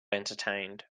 entertained